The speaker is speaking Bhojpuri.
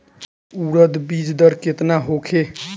उरद बीज दर केतना होखे?